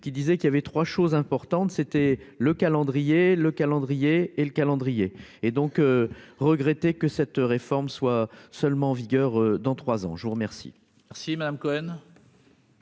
qui disait qu'il y avait 3 choses importantes : c'était le calendrier, le calendrier et le calendrier et donc regretter que cette réforme soit seulement en vigueur dans trois ans, je vous remercie, merci Madame Cohen.